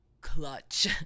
clutch